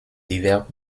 divers